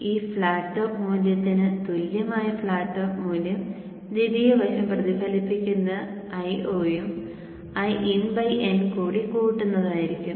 ഈ flat top മൂല്യത്തിന് തുല്യമായ ഫ്ലാറ്റ് ടോപ്പ് മൂല്യം ദ്വിതീയ വശം പ്രതിഫലിപ്പിക്കുന്ന Io യും Iin n കൂടി കൂട്ടുന്നതായിരിക്കും